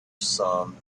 some